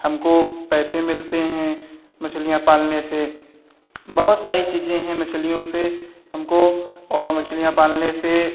हमको पैसे मिलते हैं मछलियाँ पालने से बहुत सारी चीज़ें हैं मछलियों से हमको और मछलियाँ पालने से